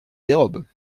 dérobe